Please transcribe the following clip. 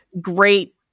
great